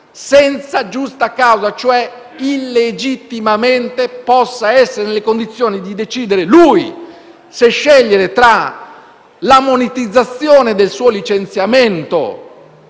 senza giusta causa (e cioè illegittimamente), possa essere nelle condizioni di decidere lui stesso tra la monetizzazione del suo licenziamento